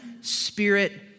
spirit